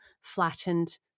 flattened